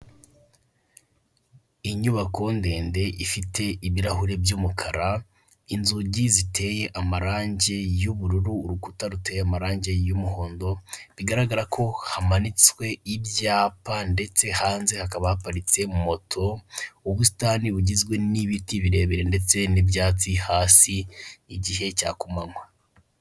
Inyubako ndende ifite ibirahuri by'umukara, inzugi ziteye amarangi y'ubururu, urukuta ruteye amarangi y'umuhondo, bigaragara ko hamanitswe ibyapa ndetse hanze hakaba haparitse moto, ubusitani bugizwe n'ibiti birebire ndetse n'ibyatsi hasi, igihe cya ku mananywa.